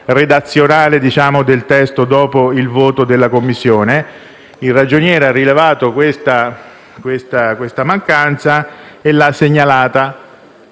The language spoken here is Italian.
Il Ragioniere ha rilevato questa mancanza e l'ha segnalata.